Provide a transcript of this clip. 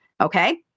Okay